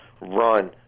run